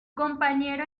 compañero